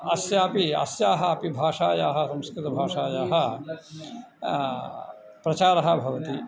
अस्यापि अस्याः अपि भाषायाः संस्कृतभाषायाः प्रचारः भवति